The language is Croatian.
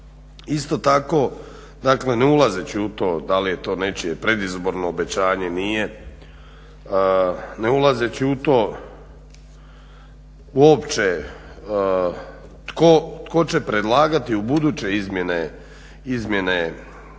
Isto tako, dakle ne ulazeći u to da li je to nečije predizborno obećanje, nije, ne ulazeći u to uopće tko će predlagati ubuduće izmjene i dopune